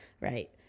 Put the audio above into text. right